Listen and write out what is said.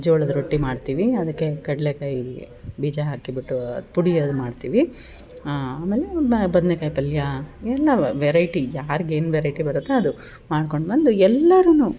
ಜೋಳದ ರೊಟ್ಟಿ ಮಾಡ್ತೀವಿ ಅದಕ್ಕೆ ಕಡಲೆ ಕಾಯಿಗೆ ಬೀಜ ಹಾಕಿಬಿಟ್ಟು ಪುಡಿ ಅದು ಮಾಡ್ತೀವಿ ಆಮೇಲೆ ಬದ್ನೇಕಾಯಿ ಪಲ್ಯ ಎಲ್ಲವು ವೆರೈಟಿ ಯಾರಿಗೆ ಏನು ವೆರೈಟಿ ಬರುತ್ತೋ ಅದು ಮಾಡ್ಕೊಂಡು ಬಂದು ಎಲ್ಲಾರು